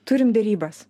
turim derybas